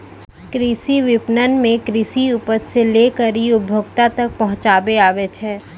कृषि विपणन मे कृषि उपज से लै करी उपभोक्ता तक पहुचाबै आबै छै